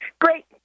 Great